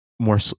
More